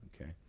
Okay